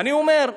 אני אומר: